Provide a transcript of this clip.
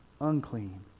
unclean